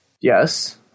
Yes